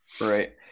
Right